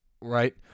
right